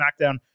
SmackDown